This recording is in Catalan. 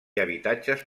habitatges